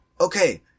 okay